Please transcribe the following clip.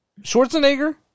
Schwarzenegger